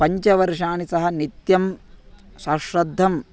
पञ्चवर्षाणि सः नित्यं सश्रद्धाम्